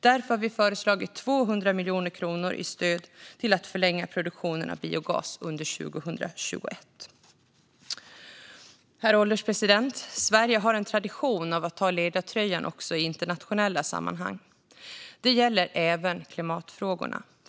Därför har vi föreslagit 200 miljoner kronor i stöd till att förlänga produktion av biogas under 2021. Herr ålderspresident! Sverige har en tradition av att ta ledartröjan i internationella sammanhang. Det gäller även klimatfrågorna.